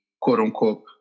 quote-unquote